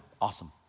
Awesome